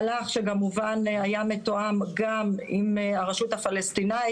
זה מהלך שהובל והיה מתואם גם עם הרשות הפלסטינית,